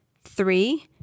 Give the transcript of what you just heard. Three